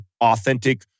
authentic